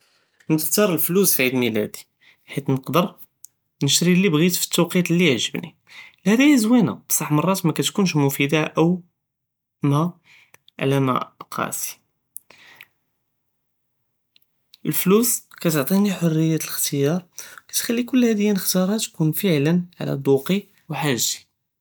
נקטר אלפלוס פי עיד מילאדי חית נקדר נשרי לי בג'ית פالتויקה לי יעג'בני, אלהדאיה זוינה בסח מראת מא קטכוןש מופידה או מא, עלא מקאסי, אלפלוס קטעטיני חוריה אלאח'תיאר, קטחליכ קול הדיה תכון פעלא עלא דوقי ו חאגתי.